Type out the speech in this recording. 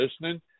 listening